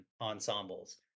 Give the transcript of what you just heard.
ensembles